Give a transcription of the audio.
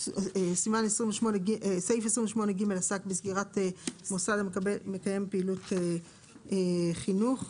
סעיף 28ג' עסק בסגירת מוסד המקיים פעילות חינוך,